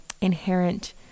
inherent